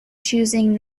choosing